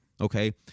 Okay